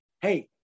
Hey